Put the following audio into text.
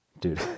dude